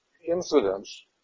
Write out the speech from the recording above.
incidents